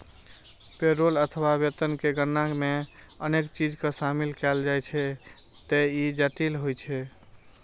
payroll अथवा वेतन के गणना मे अनेक चीज कें शामिल कैल जाइ छैं, ते ई जटिल होइ छै